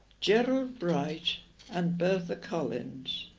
gerald bright and bertha collins